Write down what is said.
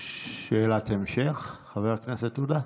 שאלת המשך, חבר הכנסת עודה.